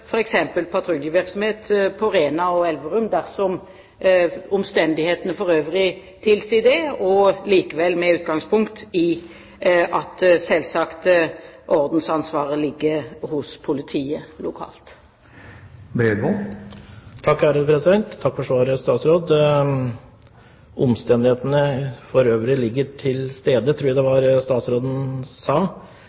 patruljevirksomhet på Rena og i Elverum dersom omstendighetene for øvrig tilsier det, likevel med utgangspunkt i at ordensansvaret selvsagt ligger hos politiet lokalt. Takk for svaret. Dersom omstendighetene for øvrig er til stede, tror jeg